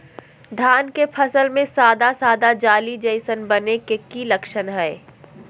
धान के फसल में सादा सादा जाली जईसन बने के कि लक्षण हय?